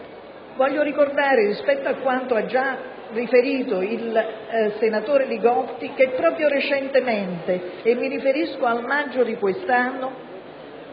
Voglio ricordare, rispetto a quanto ha già riferito il senatore Li Gotti, che proprio recentemente, nel maggio di quest'anno,